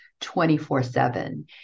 24-7